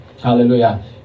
hallelujah